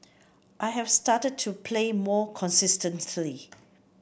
I've started to play more consistently